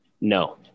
No